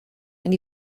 and